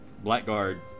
Blackguard